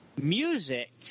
music